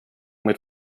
mit